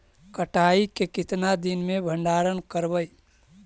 कटाई के कितना दिन मे भंडारन करबय?